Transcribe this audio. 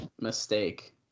mistake